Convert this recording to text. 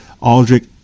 Aldrich